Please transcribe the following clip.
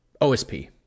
OSP